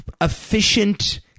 efficient